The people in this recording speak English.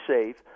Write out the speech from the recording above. safe